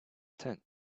tent